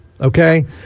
Okay